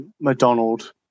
McDonald